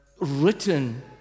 written